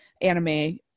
anime